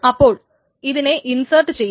അപ്പോൾ അതിനെ ഇൻസേർട്ട് ചെയ്യുന്നു